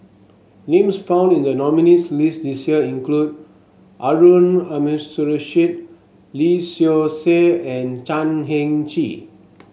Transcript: names found in the nominees list this year include Harun Aminurrashid Lee Seow Ser and Chan Heng Chee